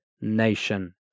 nation